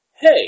Hey